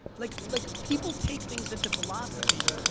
like like people take things into philosophy.